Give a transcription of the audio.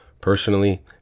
personally